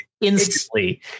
instantly